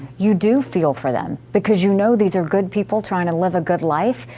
you do feel for them. because you know these are good people, trying to live a good life,